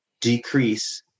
decrease